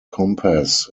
compass